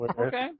Okay